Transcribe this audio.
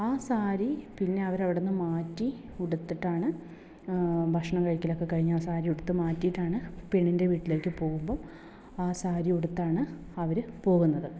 ആ സാരി പിന്നെ അവർ അവിടെ നിന്ന് മാറ്റി ഉടുത്തിട്ടാണ് ഭക്ഷണം കഴിക്കൽ ഒക്കെ കഴിഞ്ഞ് സാരി ഉടുത്ത് മാറ്റിയിട്ടാണ് പെണ്ണിൻ്റെ വീട്ടിലേക്ക് പോകുമ്പോൾ ആ സാരി ഉടുത്താണ് അവർ പോകുന്നത്